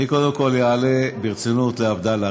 אני קודם כול אענה ברצינות לעבדאללה.